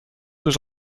was